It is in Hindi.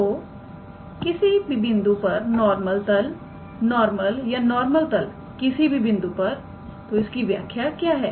तो किसी बिंदु पर नॉर्मल तल नॉर्मल या नॉर्मल तल किसी बिंदु पर तो इसकी व्याख्या क्या है